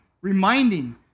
reminding